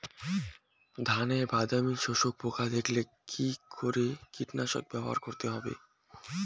ধানে বাদামি শোষক পোকা দেখা দিলে কি কীটনাশক ব্যবহার করতে হবে?